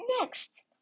next